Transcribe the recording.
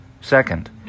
Second